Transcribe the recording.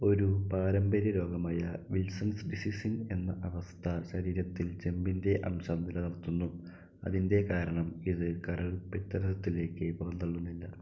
ഒരു പാരമ്പര്യരോഗമായ വിൽസൺസ് ഡിസീസിൻ എന്ന അവസ്ഥ ശരീരത്തിൽ ചെമ്പിൻ്റെ ആംശം നിലനിർത്തുന്നു അതിൻ്റെ കാരണം ഇത് കരൾ പിത്തരസത്തിലേക്ക് പുറന്തള്ളുന്നില്ല